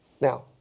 Now